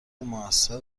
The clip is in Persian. موثر